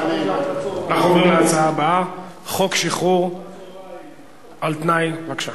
חברי הכנסת הנכבדים, הצעת חוק שחרור על-תנאי ממאסר